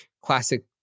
classic